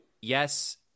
yes